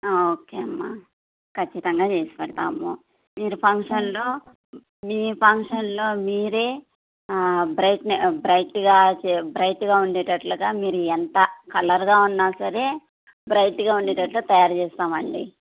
okay అమ్మ ఖచ్చితంగా చేసి పెడతాము మీరు ఫంక్షన్లో మీ ఫంక్షన్లో మీరే బ్రైట్ బ్రైట్గా బ్రైట్గా ఉండేటట్లుగా మీరు ఎంత కలర్గా ఉన్నా సరే బ్రైట్గా ఉండేటట్లు తయారు చేేస్తామండి